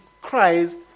Christ